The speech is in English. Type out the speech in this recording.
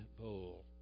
bowl